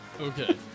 Okay